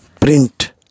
print